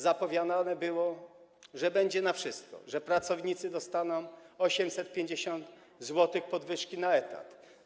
Zapowiadane było, że będzie na wszystko, że pracownicy dostaną 850 zł podwyżki na etat.